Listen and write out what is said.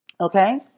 Okay